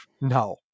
no